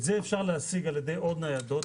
את זה אפשר להשיג על ידי עוד ניידות,